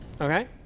Okay